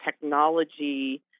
technology